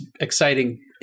exciting